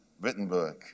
Wittenberg